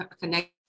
connect